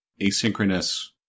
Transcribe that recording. asynchronous